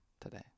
today